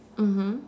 mmhmm